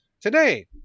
Today